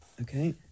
Okay